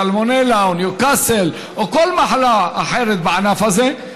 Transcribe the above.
סלמונלה או ניוקאסל או כל מחלה אחרת בענף הזה,